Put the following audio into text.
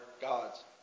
gods